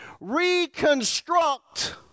reconstruct